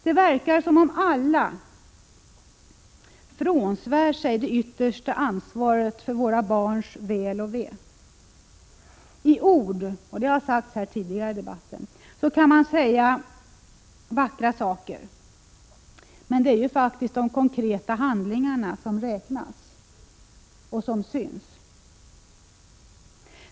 Det verkar som om alla frånsvär sig det yttersta ansvaret för våra barns väl och ve. I ord kan man säga vackra saker — det har man gjort här tidigare i debatten —, men det är ju faktiskt de konkreta handlingarna som räknas och som syns.